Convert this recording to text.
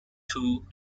two